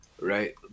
right